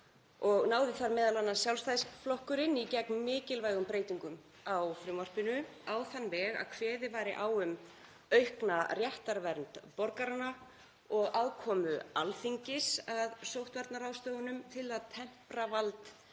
náði m.a. Sjálfstæðisflokkurinn í gegn mikilvægum breytingum á frumvarpinu á þann veg að kveðið væri á um aukna réttarvernd borgaranna og aðkomu Alþingis að sóttvarnaráðstöfunum til að tempra vald